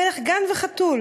מלך גן וחתול.